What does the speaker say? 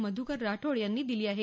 मध्कर राठोड यांनी दिली आहे